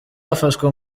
hafashwe